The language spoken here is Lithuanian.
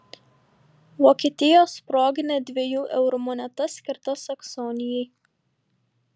vokietijos proginė dviejų eurų moneta skirta saksonijai